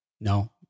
No